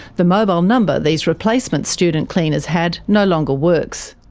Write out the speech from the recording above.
the mobile number these replacement student cleaners had no longer works.